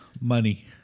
Money